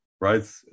Right